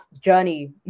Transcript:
journey